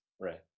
Right